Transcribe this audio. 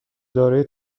دارای